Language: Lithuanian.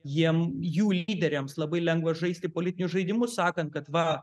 jiem jų lyderiams labai lengva žaisti politinius žaidimus sakant kad va